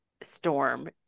storm